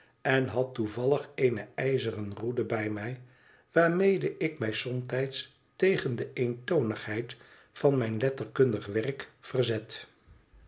en had toevallig eene ijzeren roede bij mij waarmede ik jnij somtijds tegen de eentonigheid van mijn letterktmdig werk verzet